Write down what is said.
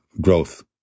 growth